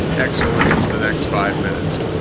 excellence is the next five minutes.